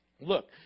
Look